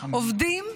עובדים,